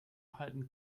halten